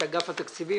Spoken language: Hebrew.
את אגף התקציבים.